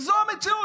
וזו המציאות,